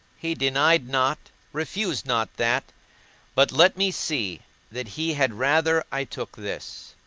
he denied not, refused not that but let me see that he had rather i took this.